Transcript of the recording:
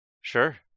Sure